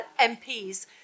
MPs